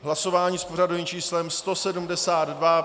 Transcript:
Hlasování s pořadovým číslem 172.